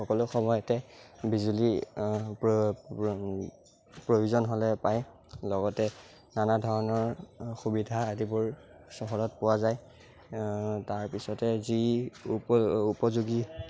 সকলো সময়তে বিজুলী প্ৰয়োজন হ'লে পায় লগতে নানা ধৰণৰ সুবিধা আদিবোৰ চহৰত পোৱা যায় তাৰ পিছতে যি উপ উপযোগী